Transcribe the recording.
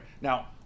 Now